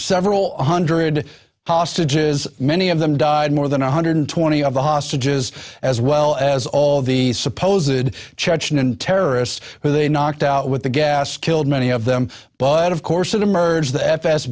several hundred hostages many of them died more than one hundred twenty of the hostages as well as all the supposedly chechen and terrorists who they knocked out with the gas killed many of them but of course it emerged the f